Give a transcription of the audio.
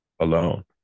Alone